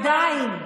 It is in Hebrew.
לא על זה, עדיין.